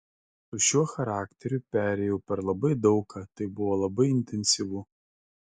su šiuo charakteriu perėjau per labai daug ką tai buvo labai intensyvu